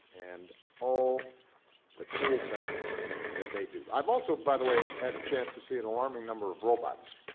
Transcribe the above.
and all the cool things that they do. i've also, by the way, had a chance to see an alarming number of robots.